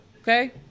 Okay